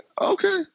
Okay